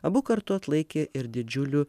abu kartu atlaikė ir didžiulių